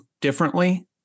differently